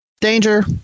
danger